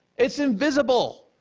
it's invisible.